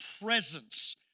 presence